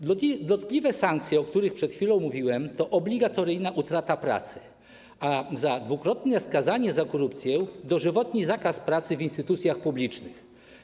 Dotkliwe sankcje, o których przed chwilą mówiłem, to obligatoryjna utrata pracy, a za dwukrotne skazanie za korupcję -dożywotni zakaz pracy w instytucjach publicznych.